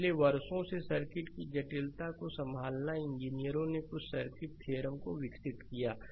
इसलिए वर्षों से सर्किट की जटिलता को संभालना इंजीनियरों ने कुछ सर्किट थ्योरम को विकसित किया है